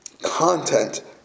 content